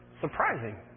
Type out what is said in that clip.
surprising